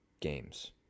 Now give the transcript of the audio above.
games